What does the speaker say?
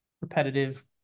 repetitive